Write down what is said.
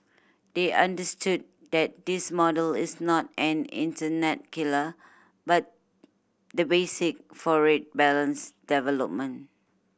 they understood that this model is not an internet killer but the basic for a balanced development